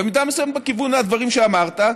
במידה מסוימת בכיוון הדברים שאמרת,